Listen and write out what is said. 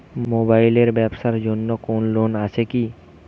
Mobile এর ব্যাবসার জন্য কোন লোন আছে কি?